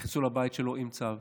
נכנסו לבית שלו עם צו.